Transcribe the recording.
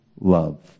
love